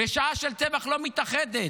בשעה של טבח, לא מתאחדת?